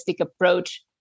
approach